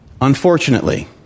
Unfortunately